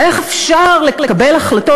איך אפשר לקבל החלטות